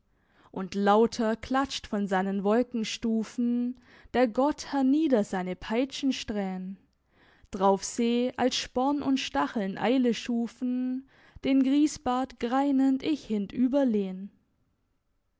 und lauter klatscht von seinen wolkenstufen der gott hernieder seine peitschensträhnen drauf seh als sporn und stacheln eile schufen den griesbart greinend ich